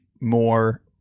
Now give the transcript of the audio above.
more